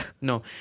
No